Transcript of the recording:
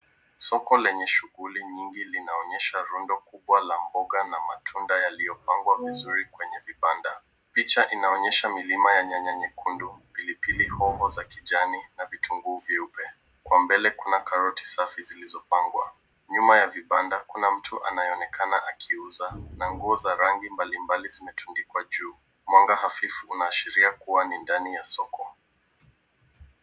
Soko lenye shughuli nyingi linaonyesha rundo kubwa la mboga na matunda yaliyopangwa vizuri kwenye vibanda. Picha inaonyesha milima ya nyanya nyekundu, pilipili hoho za kijani na vitunguu vyeupe. Kwa mbele kuna karoti safi zilizopangwa. Nyuma ya vibanda kuna mtu anayeonekana akiuza na nguo za rangi mbalimbali zimetundikwa juu. Mwanga hafifu unaashiria kuwa ni ndani ya soko.